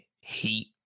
heat